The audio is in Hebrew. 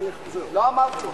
לא אמרתי.